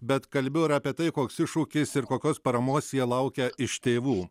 bet kalbėjo ir apie tai koks iššūkis ir kokios paramos jie laukia iš tėvų